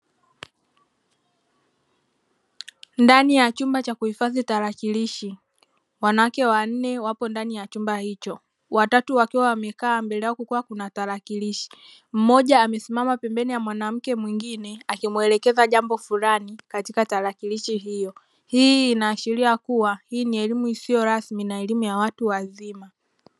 Ndani ya chumba cha kuhifadhi tarakirishi wanawake wanne wapo ndani ya chumba hicho watatu wakiwa wamekaa mbele yao kukiwa na tarakirishi, mmoja amesimama pembeni ya mwanamke mwingine akimuelekeza jambo fulani katika tarakirishi hiyo, hii inashiria kuwa hii ni elimu isiyo rasmi na elimu ya watu wazima.